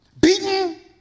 beaten